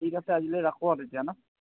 ঠিক আছে আজিলৈ ৰাখোঁ আৰু তেতিয়া ন